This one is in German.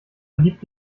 liebt